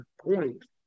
point